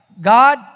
God